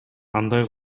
андай